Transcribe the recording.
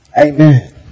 Amen